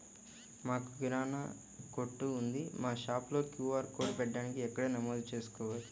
మాకు కిరాణా కొట్టు ఉంది మా షాప్లో క్యూ.ఆర్ కోడ్ పెట్టడానికి ఎక్కడ నమోదు చేసుకోవాలీ?